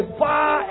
far